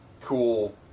cool